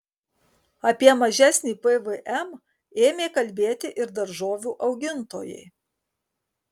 apie mažesnį pvm ėmė kalbėti ir daržovių augintojai